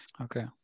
okay